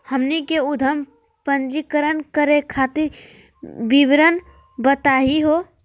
हमनी के उद्यम पंजीकरण करे खातीर विवरण बताही हो?